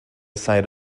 side